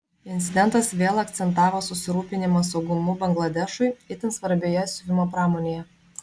incidentas vėl akcentavo susirūpinimą saugumu bangladešui itin svarbioje siuvimo pramonėje